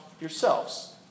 yourselves